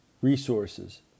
resources